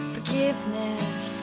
Forgiveness